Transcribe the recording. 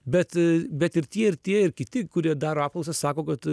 bet bet ir tie ir tie ir kiti kurie daro apklausas sako kad